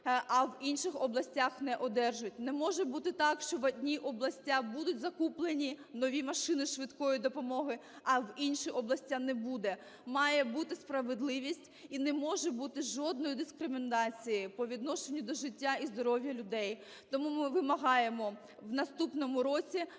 а в інших областях – не одержать. Не може бути так, що в одних областях будуть закуплені машини швидкої допомоги, а в інші області – не буде. Має бути справедливість і не може бути жодної дискримінації по відношенню до життя і здоров'я людей. Тому ми вимагаємо в наступному році